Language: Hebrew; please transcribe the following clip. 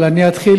אבל אני אתחיל,